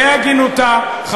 בהגינותה,